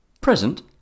present